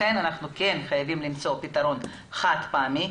לכן אנחנו חייבים למצוא פתרון חד-פעמי.